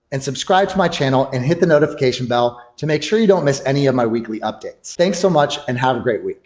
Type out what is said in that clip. and subscribe to my channel and hit the notification bell to make sure you don't miss any of my weekly updates. thanks so much and have a great week!